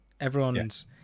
everyone's